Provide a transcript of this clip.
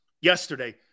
yesterday